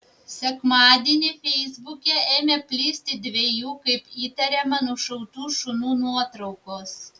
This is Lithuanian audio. sekmadienį feisbuke ėmė plisti dviejų kaip įtariama nušautų šunų nuotraukos